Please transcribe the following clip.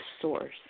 source